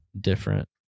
different